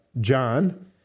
John